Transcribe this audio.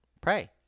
Pray